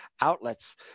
outlets